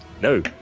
No